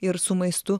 ir su maistu